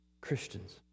Christians